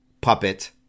puppet